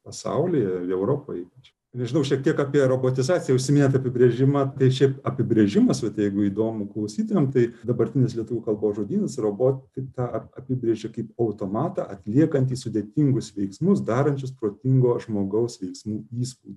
pasaulyje europoj ypač nežinau šiek tiek apie robotizaciją užsiminėt apibrėžimą tai šiaip apibrėžimas vat jeigu įdomu klausytojam tai dabartinis lietuvių kalbos žodynas robotiką apibrėžia kaip automatą atliekantį sudėtingus veiksmus darančius protingo žmogaus veiksmų įspūdį